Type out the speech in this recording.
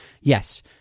yes